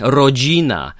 rodzina